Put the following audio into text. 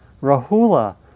Rahula